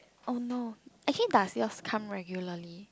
oh no actually does yours come regularly